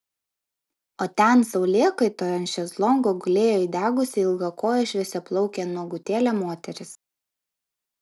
o ten saulėkaitoje ant šezlongo gulėjo įdegusi ilgakojė šviesiaplaukė nuogutėlė moteris